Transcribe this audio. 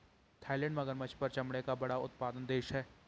Thailand मगरमच्छ पर चमड़े का बड़ा उत्पादक देश है